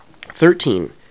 Thirteen